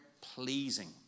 pleasing